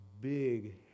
big